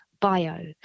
bio